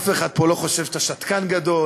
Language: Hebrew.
אף אחד פה לא חושב שאתה שתקן גדול,